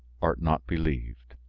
art not believed?